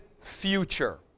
future